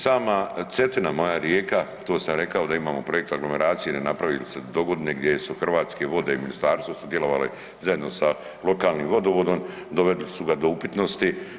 Sama Cetina moja rijeka, to sam rekao da imamo projekt aglomeracije, ne napravi li se dogodine gdje su Hrvatske vode i ministarstvo sudjelovale zajedno sa lokalnim vodovodom doveli su ga do upitnosti.